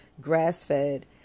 Grass-fed